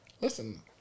Listen